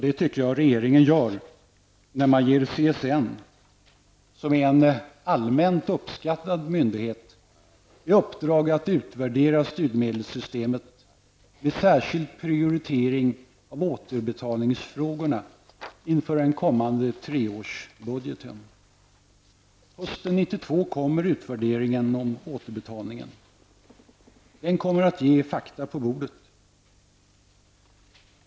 Det tycker jag att regeringen gör i och med att man ger CSN, en allmänt uppskattad myndighet, i uppdrag att utvärdera studiemedelssystemet med särskild prioritering av återbetalningsfrågorna inför en kommande treårsbudget. Hösten 1992 kommer utvärderingen om återbetalningen. Den kommer att ge fakta på bordet.